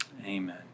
amen